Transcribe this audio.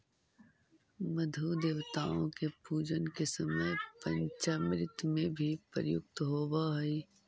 मधु देवताओं के पूजन के समय पंचामृत में भी प्रयुक्त होवअ हई